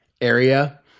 area